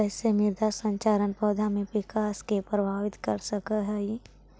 कईसे मृदा संरचना पौधा में विकास के प्रभावित कर सक हई?